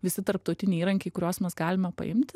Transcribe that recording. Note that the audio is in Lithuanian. visi tarptautiniai įrankiai kuriuos mes galime paimti